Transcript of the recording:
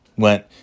Went